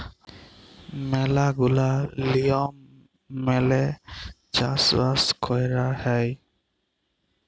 ম্যালা গুলা লিয়ম মেলে চাষ বাস কয়রা হ্যয়